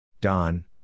Don